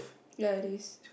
ya it is